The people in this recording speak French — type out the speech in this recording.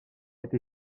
été